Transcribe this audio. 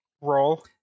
roll